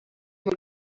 mul